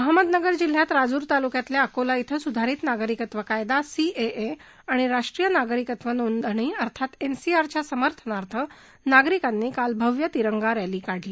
अहमदनगर जिल्ह्यात राजूर तालुकातल्या अकोला इथं सुधारित नागरिकत्व कायदा सी ए ए आणि राष्ट्रीय नागरिकत्व नोंदणी एन आर सी च्या समर्थनार्थ नागरिकांनी काल भव्य तिरंगा रॅली काढली